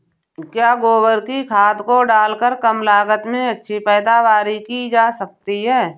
क्या गोबर की खाद को डालकर कम लागत में अच्छी पैदावारी की जा सकती है?